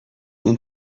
اون